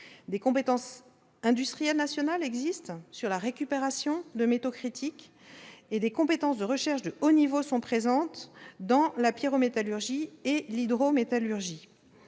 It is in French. Des compétences industrielles nationales existent dans la récupération de métaux critiques, et des compétences de recherche de haut niveau dans la pyrométallurgie et l'hydrométallurgie.